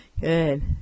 Good